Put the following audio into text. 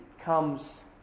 comes